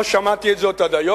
לא שמעתי את זה עד היום,